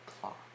clock